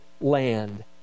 land